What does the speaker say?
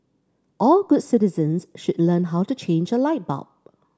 all good citizens should learn how to change a light bulb